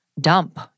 dump